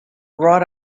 wrought